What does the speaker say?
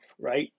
right